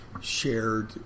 shared